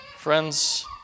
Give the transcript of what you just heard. Friends